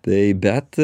tai bet